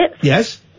Yes